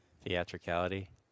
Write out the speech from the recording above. Theatricality